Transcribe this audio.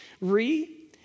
Re